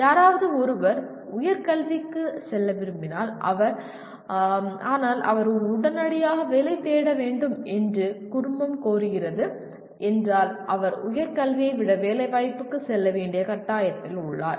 யாராவது ஒருவர் உயர் கல்விக்கு செல்ல விரும்பினால் ஆனால் அவர் உடனடியாக வேலை தேட வேண்டும் என்று குடும்பம் கோருகிறது என்றால் அவர் உயர் கல்வியை விட வேலைவாய்ப்புக்கு செல்ல வேண்டிய கட்டாயத்தில் உள்ளார்